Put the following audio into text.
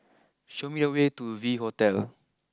show me the way to V Hotel